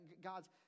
God's